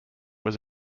was